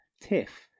Tiff